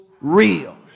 real